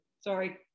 sorry